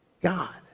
God